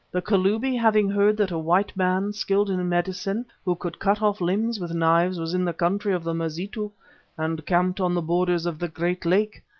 the kalubi, having heard that a white man skilled in medicine who could cut off limbs with knives, was in the country of the mazitu and camped on the borders of the great lake,